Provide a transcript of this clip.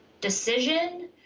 decision